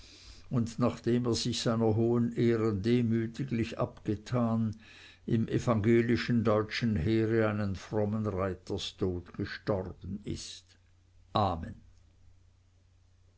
und nachdem er sich seiner hohen ehren demütiglich abgetan im evangelischen deutschen heere einen frommen reiterstod gestorben ist amen